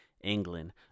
England